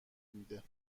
میده